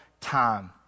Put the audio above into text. time